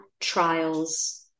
trials